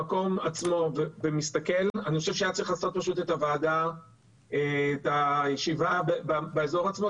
אני חושב שהיה צריך לעשות פשוט את הישיבה באזור עצמו.